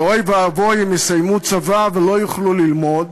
שאוי ואבוי אם הם יסיימו צבא ולא יוכלו ללמוד,